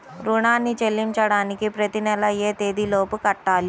రుణాన్ని చెల్లించడానికి ప్రతి నెల ఏ తేదీ లోపు కట్టాలి?